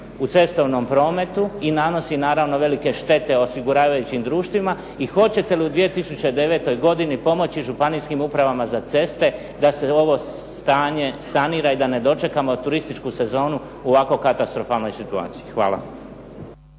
u cestovnom prometu i nanosi naravno velike štete osiguravajućim društvima? I hoćete li u 2009. godini pomoći županijskim upravama za ceste da se ovo stanje sanira i da ne dočekamo turističku sezonu u ovako katastrofalnoj situaciji? Hvala.